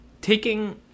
taking